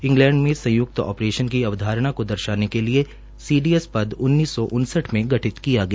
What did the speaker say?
England में संयुक्त operation की अवधारणा को दर्शाने के लिए सीडीएस पर उन्नीस सौ उनसठ में गठित किया गया